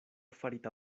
farita